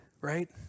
right